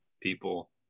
people